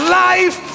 life